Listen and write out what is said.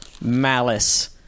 malice –